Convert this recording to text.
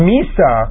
Misa